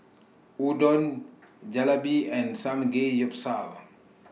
Udon Jalebi and Samgeyopsal